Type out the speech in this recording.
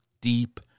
deep